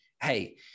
Hey